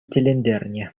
тӗлӗнтернӗ